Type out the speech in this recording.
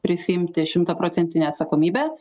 prisiimti šimtaprocentinę atsakomybę